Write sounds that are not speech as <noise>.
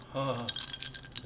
<laughs>